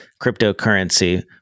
cryptocurrency